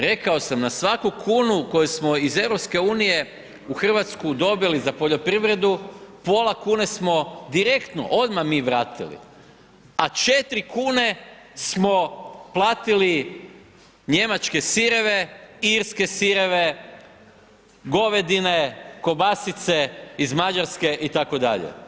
Rekao sam, na svaku kunu koju smo iz EU u Hrvatsku dobili za poljoprivredu, pola kune smo direktno, odmah mi vratili, a 4 kn smo platili njemačke sireve, irske sireve, govedine, kobasice iz Mađarske, itd.